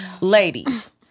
Ladies